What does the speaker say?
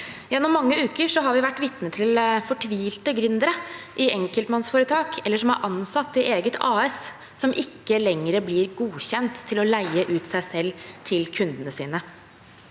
Gjennom mange uker har vi vært vitne til fortvilte gründere i enkeltmannsforetak, eller som er ansatt i eget AS, som ikke lenger blir godkjent til å leie ut seg selv til kundene sine.